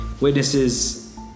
witnesses